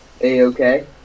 A-okay